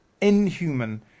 inhuman